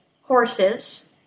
horses